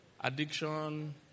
addiction